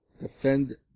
defend